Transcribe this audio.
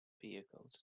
vehicles